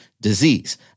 disease